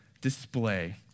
display